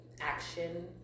action